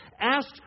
Ask